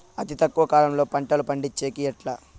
అతి తక్కువ కాలంలో పంటలు పండించేకి ఎట్లా?